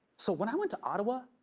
so when i went to ottawa,